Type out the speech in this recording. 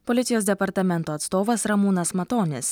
policijos departamento atstovas ramūnas matonis